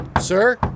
Sir